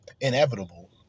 inevitable